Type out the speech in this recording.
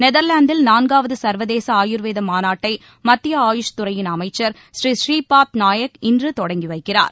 நெதர்லாந்தில் நான்காவது சர்வதேச ஆயுர்வேத மாநாட்டை மத்திய ஆயுஷ் துறையின் அமைச்சர் திரு புநீபாத் நாய்க் இன்று தொடங்கி வைக்கிறார்